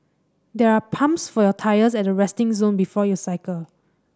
there are pumps for your tyres at the resting zone before you cycle